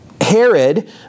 Herod